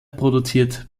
produziert